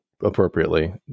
appropriately